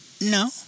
No